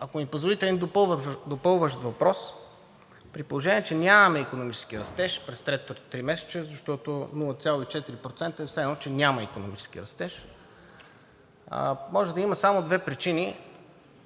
Ако ми позволите, един допълващ въпрос: при положение че нямаме икономически растеж през третото тримесечие, защото 0,4% е все едно, че няма икономически растеж, може да има само две причини,